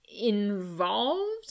involved